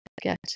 get